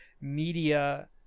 media